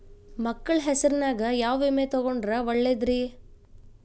ಮಕ್ಕಳ ಹೆಸರಿನ್ಯಾಗ ಯಾವ ವಿಮೆ ತೊಗೊಂಡ್ರ ಒಳ್ಳೆದ್ರಿ?